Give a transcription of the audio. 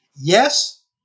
Yes